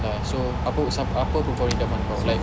ya so apa apa perempuan idaman kau like